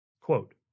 quote